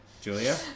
Julia